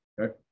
Okay